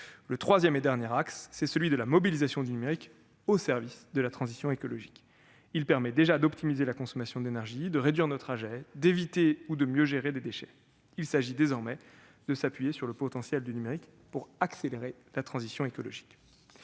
Le troisième et dernier axe, c'est la mobilisation du numérique au service de la transition écologique. Le numérique permet déjà d'optimiser la consommation d'énergie, de réduire nos trajets, d'éviter ou de mieux gérer des déchets. Il s'agit désormais de s'appuyer sur le potentiel du numérique pour accélérer la transition écologique.